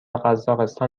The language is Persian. قزاقستان